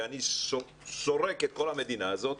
ואני סורק את כל המדינה הזאת,